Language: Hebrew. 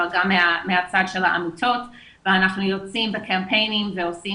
אבל גם מהצד של העמותות ואנחנו יוצאים בקמפיין ו עושים